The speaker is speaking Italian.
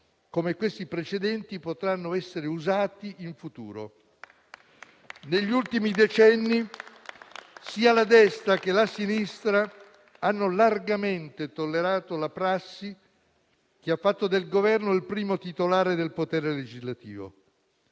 come questi precedenti potranno essere usati in futuro. Negli ultimi decenni, sia la destra sia la sinistra hanno largamente tollerato la prassi che ha fatto del Governo il primo titolare del potere legislativo.